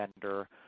vendor